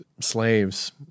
slaves